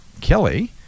Kelly